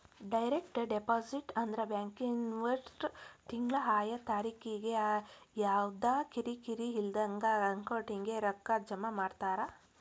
direct deposit ಅಂದ್ರ ಬ್ಯಾಂಕಿನ್ವ್ರು ತಿಂಗ್ಳಾ ಆಯಾ ತಾರಿಕಿಗೆ ಯವ್ದಾ ಕಿರಿಕಿರಿ ಇಲ್ದಂಗ ಅಕೌಂಟಿಗೆ ರೊಕ್ಕಾ ಜಮಾ ಮಾಡ್ತಾರ